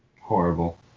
horrible